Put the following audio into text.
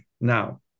Now